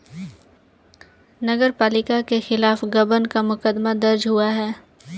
नगर पालिका के खिलाफ गबन का मुकदमा दर्ज हुआ है